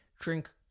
drink